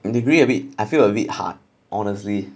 degree a bit I feel a bit hard honestly